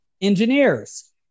engineers